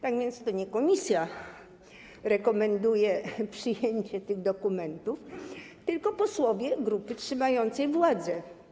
Tak więc to nie komisja rekomenduje przyjęcie tych dokumentów, tylko posłowie grupy trzymającej władzę.